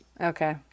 Okay